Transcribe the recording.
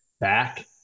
back